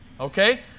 Okay